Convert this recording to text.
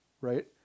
right